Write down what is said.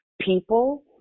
People